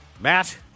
Matt